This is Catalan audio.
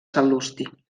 sal·lusti